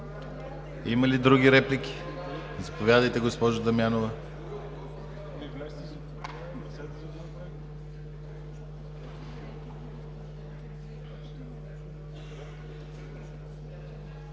Има ли други реплики? Заповядайте, госпожо Дамянова.